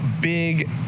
big